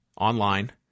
online